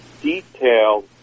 detail